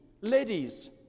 ladies